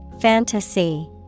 Fantasy